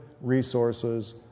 resources